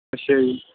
ਅੱਛਾ ਜੀ